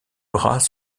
bras